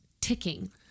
ticking